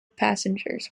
passengers